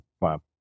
Wow